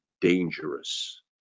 dangerous